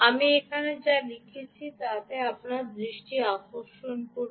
আমি এখানে যা লিখেছি তাতে আপনার দৃষ্টি আকর্ষণ করুন